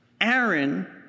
Aaron